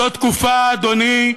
זאת תקופה, אדוני,